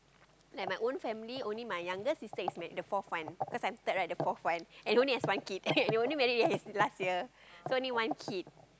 and my own family only my younger sister is married the fourth one cause I'm third right the fourth one and only has one kid and only married last year so one kid